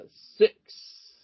six